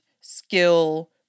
skill